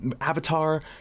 Avatar